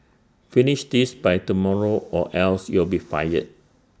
finish this by tomorrow or else you'll be fired